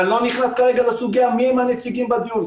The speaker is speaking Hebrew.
אני לא נכנס כרגע לסוגיה מי הם הנציגים בדיון.